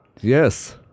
Yes